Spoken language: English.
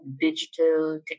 digital